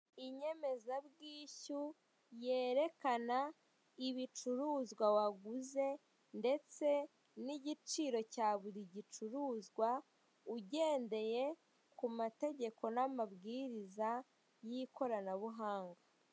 Inyemeza bwishyu yerekana ibicuruzwa waguze ndetse n'igiciro cya buri gicuruzwa ugendeye ku mategeko n'amabwiriza y'ikoranabuhanga.